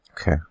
Okay